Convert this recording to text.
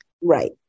right